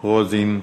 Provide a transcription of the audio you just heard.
רוזין,